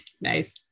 Nice